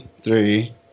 three